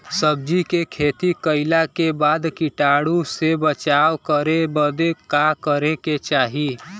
सब्जी के खेती कइला के बाद कीटाणु से बचाव करे बदे का करे के चाही?